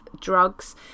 drugs